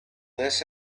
this